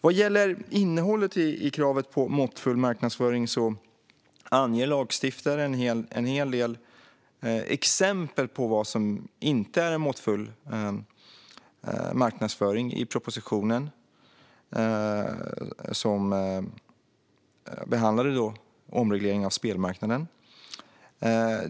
Vad gäller innehållet i kravet på måttfull marknadsföring anger lagstiftaren en hel del exempel på vad som inte är måttfull marknadsföring i propositionen om en omreglering av spelmarknaden.